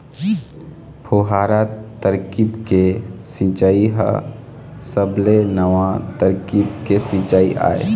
फुहारा तरकीब के सिंचई ह सबले नवा तरकीब के सिंचई आय